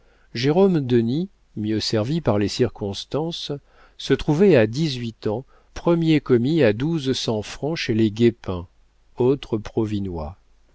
d'appointements jérôme denis mieux servi par les circonstances se trouvait à dix-huit ans premier commis à douze cents francs chez les guépin